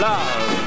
Love